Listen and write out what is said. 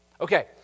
Okay